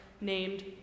named